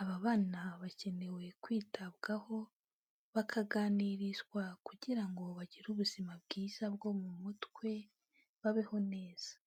aba bana bakeneye kwitabwaho, bakaganirizwa kugira ngo bagire ubuzima bwiza bwo mu mutwe, babeho neza.